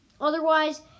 Otherwise